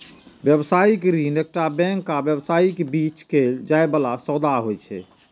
व्यावसायिक ऋण एकटा बैंक आ व्यवसायक बीच कैल जाइ बला सौदा होइ छै